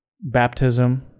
baptism